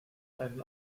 and